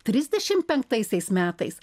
trisdešim penktaisiais metais